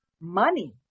money